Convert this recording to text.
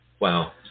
wow